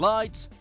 Lights